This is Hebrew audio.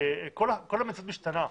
הכול משתנה.